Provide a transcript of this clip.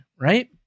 right